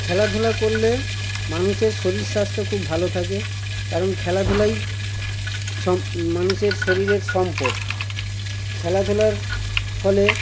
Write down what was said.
খেলাধুলা করলে মানুষের শরীর স্বাস্থ্য খুব ভালো থাকে কারণ খেলাধুলাই সব মানুষের শরীরের সম্পদ খেলাধুলার ফলে